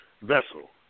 vessel